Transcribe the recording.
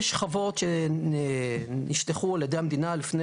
מצד אחד יש חוות שנשלחו על ידי המדינה לפני